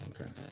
Okay